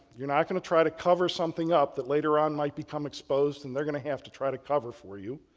you're not going to try to cover something up that later on might become exposed and they're going to have to try to cover for you.